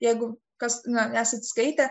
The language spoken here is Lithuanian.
jeigu kas na nesat skaitę